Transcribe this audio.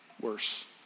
worse